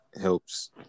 helps